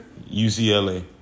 UCLA